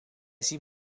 zien